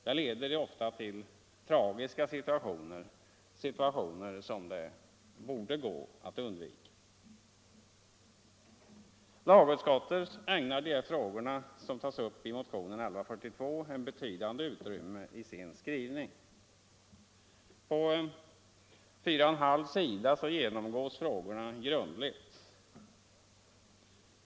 Det leder till tragiska situationer som det borde gå att undvika. Lagutskottet ägnar de frågor som tas upp i motionen 1142 betydande utrymme i sin skrivning. På fyra och en halv sida genomgås frågorna grundligt.